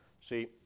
See